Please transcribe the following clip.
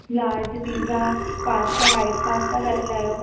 large pizza pasta white pasta करे लाहियो